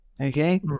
Okay